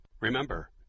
Remember